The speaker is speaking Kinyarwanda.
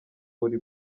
buri